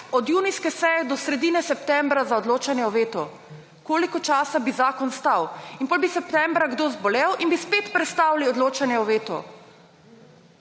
od junijske seje do sredine septembra za odločanje o vetu, koliko časa bi zakon stal. In potem bi septembra kdo zbolel in bi spet prestavili odločanje o vetu.